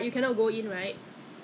是老师老师